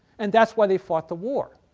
and that's why they fought the war.